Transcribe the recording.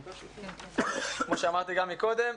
כמו שאמרתי גם מקודם,